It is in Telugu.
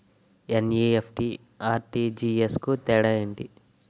ఎన్.ఈ.ఎఫ్.టి, ఆర్.టి.జి.ఎస్ కు తేడా ఏంటి?